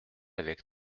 avec